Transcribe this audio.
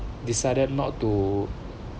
decided not to